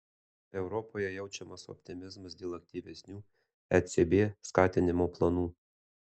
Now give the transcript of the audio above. europoje jaučiamas optimizmas dėl aktyvesnių ecb skatinimo planų